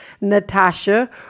Natasha